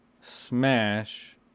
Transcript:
Smash